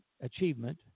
achievement